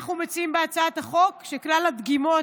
אנחנו מציעים בהצעת החוק שכלל הדגימות